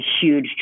huge